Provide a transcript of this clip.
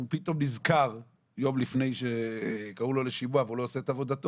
הוא פתאום נזכר יום לפני שקראו לו לשימוע והוא לא עשה את עבודתו,